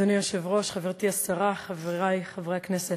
אדוני היושב-ראש, חברתי השרה, חברי חברי הכנסת,